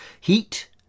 Heat